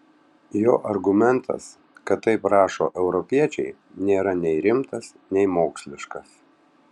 jo argumentas kad taip rašo europiečiai nėra nei rimtas nei moksliškas